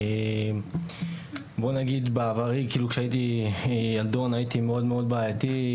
בעברי הייתי מאוד בעייתי,